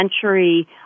century